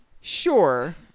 Sure